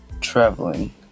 traveling